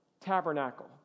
tabernacle